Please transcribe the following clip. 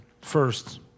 first